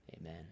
Amen